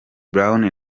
brown